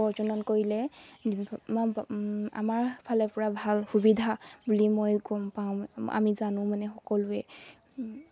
প্ৰৰ্জনন কৰিলে আমাৰ ফালৰ পৰা ভাল সুবিধা বুলি মই গম পাওঁ আমি জানো মানে সকলোৱে